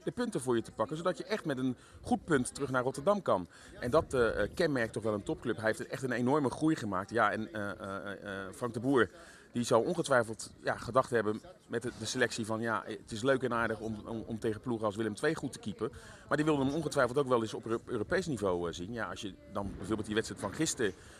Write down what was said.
de punten voor je te pakken, zodat je echt met een goed punt terug naar Rotterdam kan. En dat, eh, eh, kenmerkt toch wel een topclub. Hij heeft echt een enorme groei gemaakt. Ja, en, eh, eh, eh, Frank de Boer, die zou ongetwijfeld, ja, gedacht hebben met de selectie van, ja, het is leuk en aardig om- om- om tegen ploegen als Willem II goed te keepen. Maar die wilde hem ongetwijfeld ook wel eens op Europees niveau, eh, zien. Ja, als je dan bijvoorbeeld die wedstrijd van gisteren